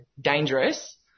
dangerous